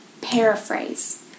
paraphrase